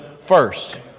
first